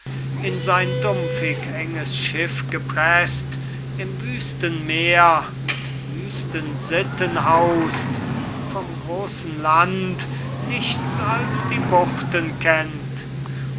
in sein dumpfig enges schiff gepreßt im wüsten meer mit wüsten sitten haust vom großen land nichts als die buchten kennt